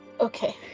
Okay